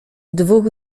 dwóch